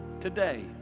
today